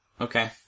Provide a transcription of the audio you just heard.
Okay